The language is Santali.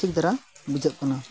ᱴᱷᱤᱠ ᱫᱷᱟᱨᱟ ᱵᱩᱡᱷᱟᱹᱜ ᱠᱟᱱᱟ